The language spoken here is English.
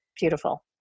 beautiful